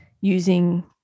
using